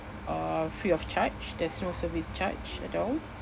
uh free of charge there's no service charge at all